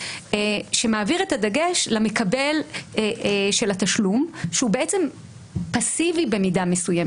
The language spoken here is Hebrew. שמעביר את הדגש למקבל של התשלום שהוא בעצם פאסיבי במידה מסוימת.